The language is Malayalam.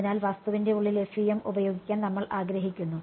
അതിനാൽ വസ്തുവിന്റെ ഉള്ളിൽ FEM ഉപയോഗിക്കാൻ നമ്മൾ ആഗ്രഹിക്കുന്നു